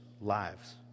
lives